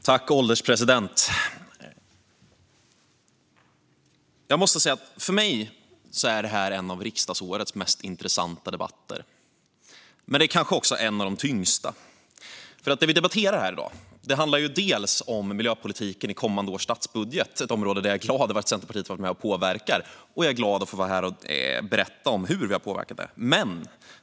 Herr ålderspresident! För mig är det här en av riksdagsårets mest intressanta debatter. Det är kanske också en av de tyngsta. Det vi debatterar i dag handlar bland annat om miljöpolitiken i kommande års statsbudget, ett område där jag är glad över att Centerpartiet är med och påverkar, och jag är glad att få vara här och berätta om hur Centern har påverkat.